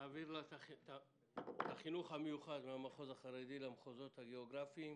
צריך להעביר את החינוך המיוחד במחוז החרדי למחוזות הגיאוגרפיים,